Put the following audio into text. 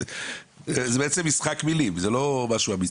זה בעצם משחק מילים, זה לא משהו אמיתי.